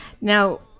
Now